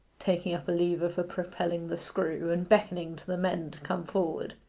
taking up a lever for propelling the screw, and beckoning to the men to come forward.